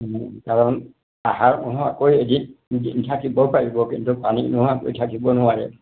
কাৰণ আহাৰ নোহোৱাকৈ এদিন দুদিন থাকিব পাৰিব কিন্তু পানী নোহোৱাকৈ থাকিব নোৱাৰে